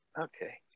Okay